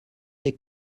des